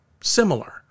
similar